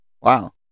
Wow